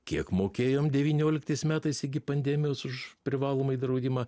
kiek mokėjom devynioliktais metais iki pandemijos už privalomąjį draudimą